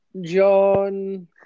John